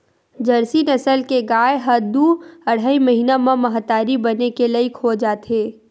Jersey नसल के गाय ह दू अड़हई महिना म महतारी बने के लइक हो जाथे